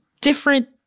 different